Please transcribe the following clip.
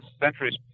centuries